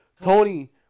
Tony